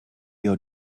your